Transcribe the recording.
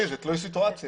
זה תלוי סיטואציה.